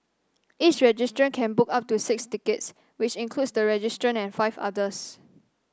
each registrant can book up to six tickets which includes the registrant and five others